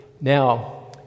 Now